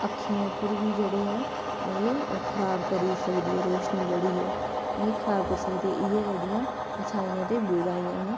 अक्खियें उप्पर बी जेह्ड़ी ऐ एह् खराब करी सकदी ऐ रोशनी जेह्ड़ी ऐ एह् खराब करी सकदी ऐ इ'यै एह्दी अच्छाइयां ते बुराइयां न